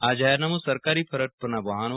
આ જાહેરનામું સરકારી ફરજ પરના વાહનો